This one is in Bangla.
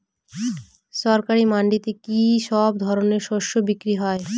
সরকারি মান্ডিতে কি সব ধরনের শস্য বিক্রি হয়?